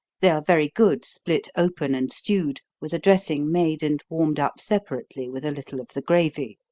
they are very good split open and stewed, with a dressing made and warmed up separately with a little of the gravy.